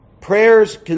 Prayers